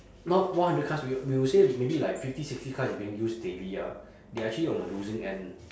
not one hundred cars will we will say maybe like fifty sixty cars is being used daily ah they are actually on the losing end